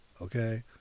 okay